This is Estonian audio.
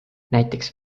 näiteks